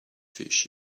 fish